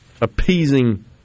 appeasing